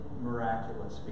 miraculous